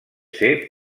ser